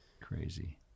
Crazy